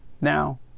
Now